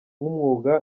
nk’umwuga